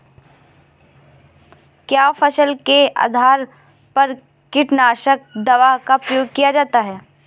क्या फसल के आधार पर कीटनाशक दवा का प्रयोग किया जाता है?